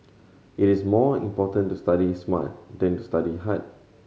it is more important to study smart than to study hard